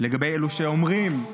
לגבי אלו שאומרים.